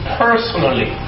personally